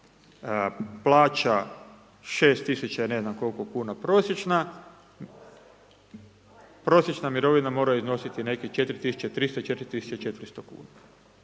plaća 6 tisuća i ne znam koliko kuna prosječna, prosječna mirovina mora iznositi nekih 4300, 4400 kn.